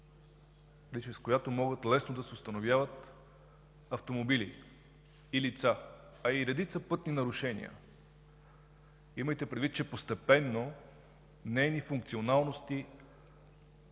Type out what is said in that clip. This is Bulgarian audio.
която могат лесно да се установяват автомобили и лица, а и редица пътни нарушения. Имайте предвид, че постепенно нейни функционалности